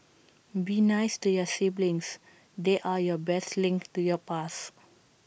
be nice to your siblings they're your best link to your past